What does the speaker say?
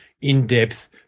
in-depth